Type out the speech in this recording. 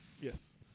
Yes